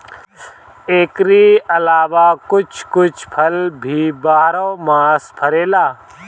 एकरी अलावा कुछ कुछ फल भी बारहो मास फरेला